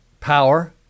power